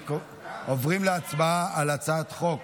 עוברים להצבעה על הצעת חוק